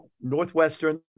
Northwestern